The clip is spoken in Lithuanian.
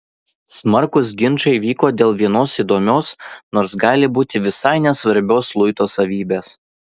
smarkūs ginčai vyko dėl vienos įdomios nors gali būti visai nesvarbios luito savybės